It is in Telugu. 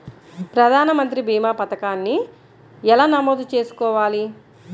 ప్రధాన మంత్రి భీమా పతకాన్ని ఎలా నమోదు చేసుకోవాలి?